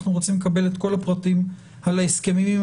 אנחנו רוצים לקבל את כל הפרטים על ההסכמים עם